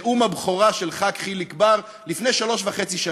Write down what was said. נאום הבכורה של חבר הכנסת חיליק בר לפני שלוש שנים וחצי,